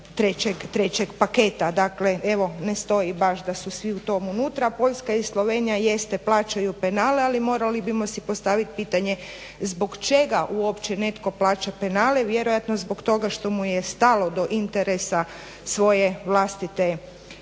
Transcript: trećeg paketa. Dakle evo ne stoji baš da su svi u tom unutra. Poljska i Slovenija jeste plaćaju penale ali morali bismo si postavit pitanje zbog čega uopće netko plaća penale. Vjerojatno zbog toga što mu je stalo do interesa svoje vlastite